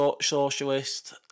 socialist